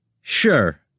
Sure